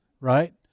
Right